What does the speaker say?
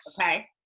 Okay